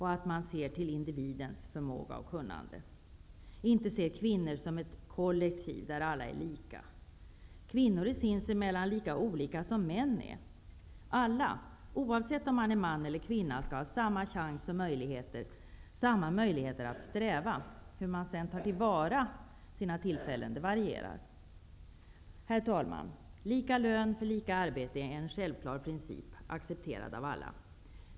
Man skall se till inidividens förmåga och kunnande i stället för att se kvinnor som ett kollektiv där alla är lika. Kvinnor är sinsemellan lika olika som män är. Alla -- både kvinnor och män -- skall ha chanser och möjligheter att sträva framåt. Hur man sedan tar till vara på sina tillfällen varierar. Herr talman! Lika lön för lika arbete är en självklar princip som är accepterad av alla.